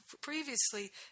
previously